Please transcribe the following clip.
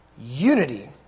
Unity